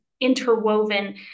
interwoven